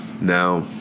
Now